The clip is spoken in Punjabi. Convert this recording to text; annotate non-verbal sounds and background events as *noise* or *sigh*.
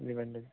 *unintelligible*